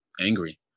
angry